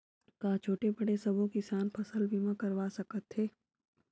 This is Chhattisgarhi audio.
का छोटे बड़े सबो किसान फसल बीमा करवा सकथे?